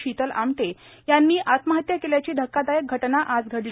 शीतल आमटे यांनी आत्महत्या केल्याची धक्कादायक घटना आज घडली